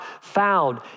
found